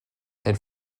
elle